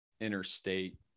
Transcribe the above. interstate